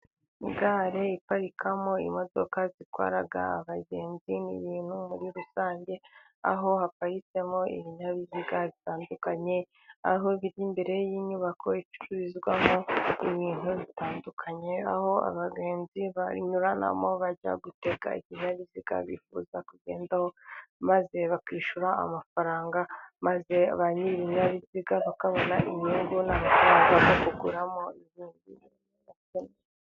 Gare iparikamo imodoka zitwara abagenzi n'ibintu muri rusange, aho haparitsemo ibinyabiziga bitandukanye, aho biri imbere y'inyubako icururizwamo ibintu bitandukanye, aho abagenzi banyuranamo bajya gutega ikinyabiziga bifuza kugendaho, maze bakishyura amafaranga maze ba nyir'ibinyabiziga bakabona inyungu n'amafaranga yo kuguramo izindi modoka.